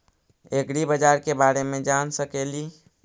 ऐग्रिबाजार के बारे मे जान सकेली?